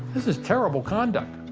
this is terrible conduct. i